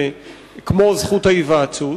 כמו זכות ההיוועצות,